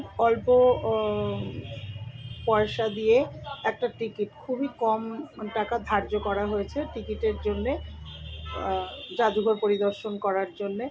খুব অল্প পয়সা দিয়ে একটা টিকিট খুবই কম মানে টাকা ধার্য করা হয়েছে টিকিটের জন্যে যাদুঘর পরিদর্শন করার জন্যে